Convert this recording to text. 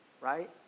right